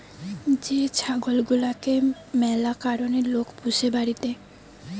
যে ছাগল গুলাকে ম্যালা কারণে লোক পুষে বাড়িতে